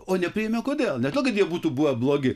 o nepriėmė kodėl ne todėl kad jie būtų buvę blogi